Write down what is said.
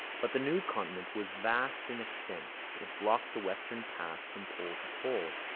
but the new continent was vast in extent. it blocked the westward path from pole to pole.